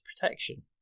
protection